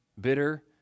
bitter